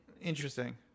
Interesting